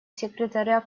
секретаря